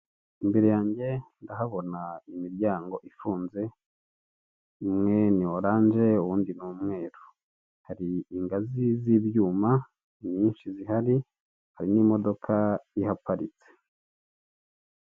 Imbere yange ndahabona imiryango ifunze umwe ni oranje uwundi ni umweru. Hari ingazi z'ibyuma ni nyinshi zihari hari n'imodoka ihaparitse.